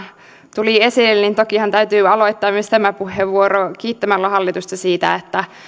tuli esille niin tokihan täytyy aloittaa myös tämä puheenvuoro kiittämällä hallitusta siitä että